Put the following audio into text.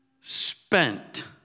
spent